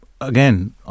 again